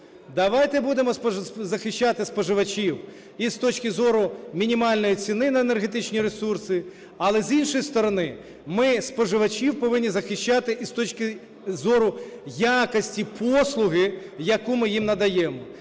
Давайте будемо захищати споживачів і з точки зору мінімальної ціни на енергетичні ресурси, але, з іншої сторони, ми споживачів повинні захищати і з точки зору якості послуги, яку ми їм надаємо,